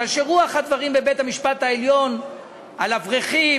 מפני שרוח הדברים בבית-המשפט העליון על אברכים,